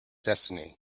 destiny